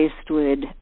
Eastwood